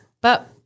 But-